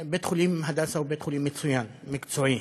בית-חולים "הדסה" הוא בית-חולים מצוין, מקצועי.